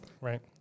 Right